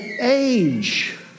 age